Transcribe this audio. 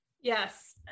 yes